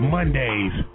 Mondays